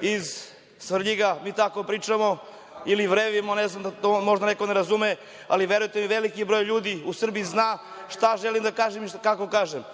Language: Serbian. iz Svrljiga tako pričamo, ili vrevimo, to možda neko ne razume, ali verujte mi, veliki broj ljudi u Srbiji zna šta želim da kažem i kako kažem.